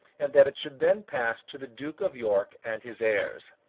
and that it should then pass to the duke of york and his heirs.